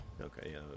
Okay